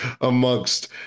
amongst